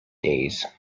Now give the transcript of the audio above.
days